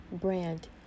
brand